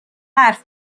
حرف